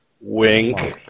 Wink